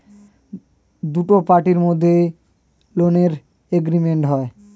দুটো পার্টির মধ্যে লোনের এগ্রিমেন্ট হয়